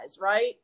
right